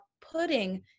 putting